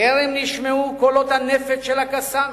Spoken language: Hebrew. טרם נשמעו קולות הנפץ של ה"קסאמים"